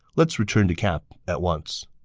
let's return to camp at once.